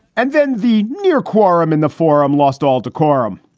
and then the near quorum in the forum lost all decorum.